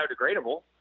biodegradable